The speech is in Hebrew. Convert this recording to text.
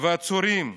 ועצורים,